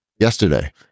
yesterday